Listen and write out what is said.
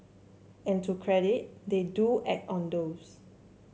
and to credit they do act on those